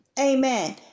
Amen